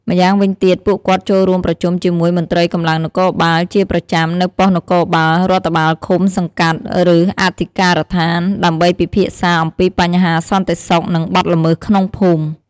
ម្យ៉ាងវិញទៀត ពួកគាត់ចូលរួមប្រជុំជាមួយមន្ត្រីកម្លាំងនគរបាលជាប្រចាំនៅប៉ុស្តិ៍នគរបាលរដ្ឋបាលឃុំ-សង្កាត់ ឬអធិការដ្ឋាន ដើម្បីពិភាក្សាអំពីបញ្ហាសន្តិសុខ និងបទល្មើសក្នុងភូមិ។